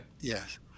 Yes